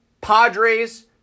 Padres